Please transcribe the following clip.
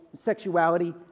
sexuality